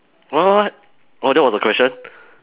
what what what oh that was the question